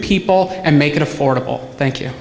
people and make it affordable thank you